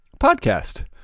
podcast